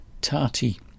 Tati